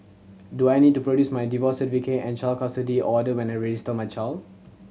do I need to produce my divorce certificate and child custody order when I register my child